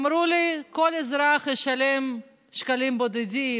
אמרו לי: כל אזרח ישלם שקלים בודדים,